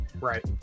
Right